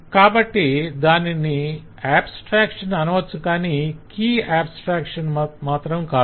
కాబట్టి దానిని ఆబ్స్ట్రాక్షన్ అనవచ్చుగాని కీ ఆబ్స్ట్రాక్షన్ మాత్రం కాదు